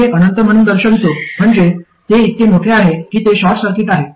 मी हे अनंत म्हणून दर्शवितो म्हणजे ते इतके मोठे आहे की ते शॉर्ट सर्किट आहे